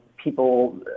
People